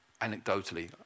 anecdotally